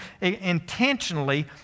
intentionally